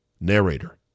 Narrator